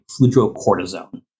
fludrocortisone